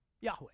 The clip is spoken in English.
Yahweh